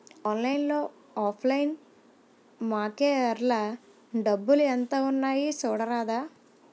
ఆన్లైన్లో offline మాకేఏల్రా డబ్బులు ఎంత ఉన్నాయి చూడరాదా